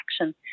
action